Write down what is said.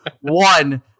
one